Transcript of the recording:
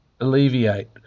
alleviate